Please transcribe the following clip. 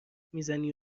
میزنی